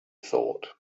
thought